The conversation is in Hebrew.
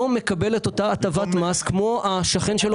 לא מקבל את אותה הטבת מס כמו השכן שלו